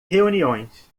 reuniões